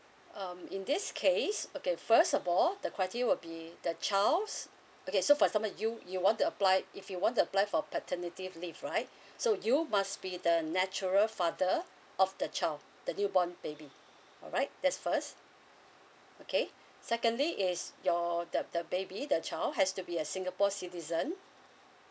um in this case okay first of all the criteria will be the child's okay so for examples you you want to apply if you want to apply for paternity leave right so you must be the natural father of the child the newborn baby alright that's first okay secondly is your that the baby the child has to be a singapore citizen